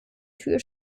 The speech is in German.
tür